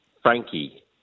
Frankie